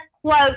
quote